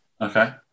Okay